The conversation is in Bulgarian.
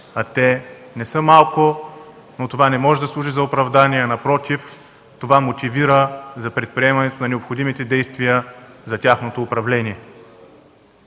а те не са малко. Това не може да служи за оправдание – напротив, то мотивира за предприемане на необходимите действия за тяхното управление.